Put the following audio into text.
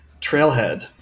Trailhead